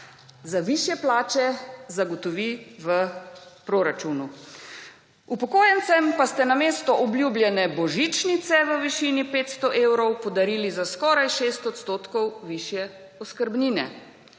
za višje plače zagotovi v proračunu. Upokojencem pa ste namesto obljubljene božičnice v višini 500 evrov, podarili za skoraj 6 % višje oskrbnine.